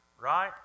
right